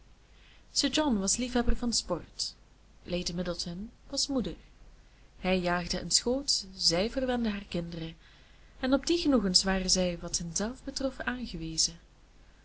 was liefhebber van sport lady middleton was moeder hij jaagde en schoot zij verwende haar kinderen en op die genoegens waren zij wat henzelf betrof aangewezen